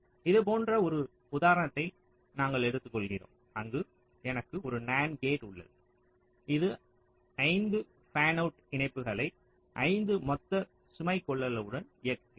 இது போன்ற ஒரு உதாரணத்தை நாங்கள் எடுத்துக்கொள்கிறோம் அங்கு எனக்கு ஒரு NAND கேட் உள்ளது இது 5 ஃபேன்அவுட் இணைப்புகளை 5 மொத்த சுமை கொள்ளளவுடன் இயக்குகிறது